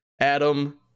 adam